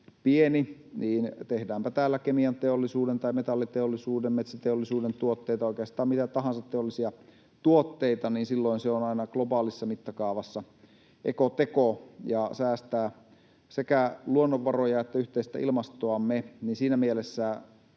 pieni, kemianteollisuuden tai metalliteollisuuden, metsäteollisuuden tuotteita, oikeastaan mitä tahansa teollisia tuotteita, se on aina globaalissa mittakaavassa ekoteko ja säästää sekä luonnonvaroja että yhteistä ilmastoamme. Siinä mielessä